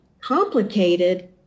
complicated